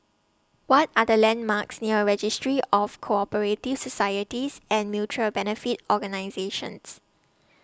What Are The landmarks near Registry of Co Operative Societies and Mutual Benefit Organisations